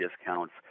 discounts